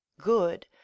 good